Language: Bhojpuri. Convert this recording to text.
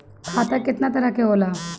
खाता केतना तरह के होला?